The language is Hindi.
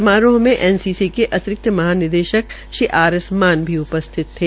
समारोह में एनसीसी के अतिरिक्त महानिदेशक श्री आर एस मान भी उपल्ब्ध थे